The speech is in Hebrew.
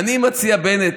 בנט,